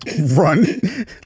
run